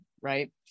right